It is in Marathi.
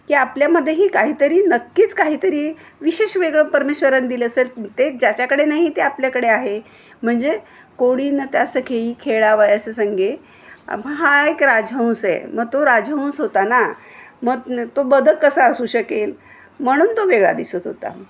की आपल्यामध्येही काहीतरी नक्कीच काहीतरी विशेष वेगळं परमेश्वरानं दिलं असेल ते ज्याच्याकडे नाही ते आपल्याकडे आहे म्हणजे कोणी न त्यास घेई खेळावयास संगे हा एक राजहंस आहे मग तो राजहंस होता ना मग तो बदक कसा असू शकेल म्हणून तो वेगळा दिसत होता